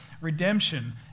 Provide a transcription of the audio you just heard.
redemption